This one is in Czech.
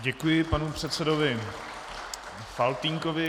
Děkuji panu předsedovi Faltýnkovi.